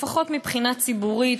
לפחות מבחינה ציבורית,